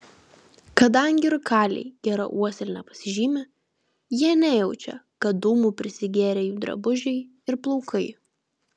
kadangi rūkaliai gera uosle nepasižymi jie nejaučia kad dūmų prisigėrę jų drabužiai ir plaukai